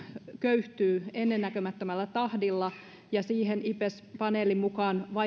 köyhtyy ennennäkemättömällä tahdilla ja siihen ipbes paneelin mukaan